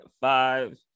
five